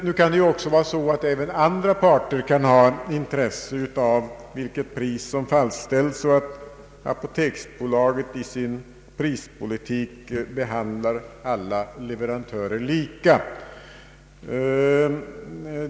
Nu kan emellertid även andra parter ha intresse av vilket pris som fastställes och av att apoteksbolaget i sin prispolitik behandlar alla leverantörer lika.